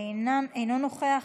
אינו נוכח.